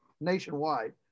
nationwide